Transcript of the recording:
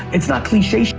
it's not cliche.